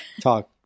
talk